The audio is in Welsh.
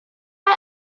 yma